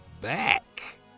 back